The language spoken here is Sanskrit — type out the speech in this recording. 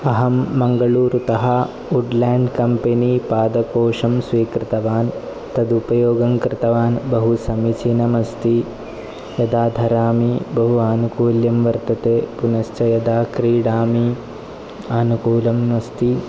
अहं मङ्गलूरुतः वुड्लेन्ड् कम्पनि पादकोशं स्वीकृतवान् तद् उपयोगं कृतवान् बहु समीचीनम् अस्ति यदा धरामि बहु आनुकूल्यं वर्तते पुनश्च यदा क्रीडामि आनुकूल्यम् अस्ति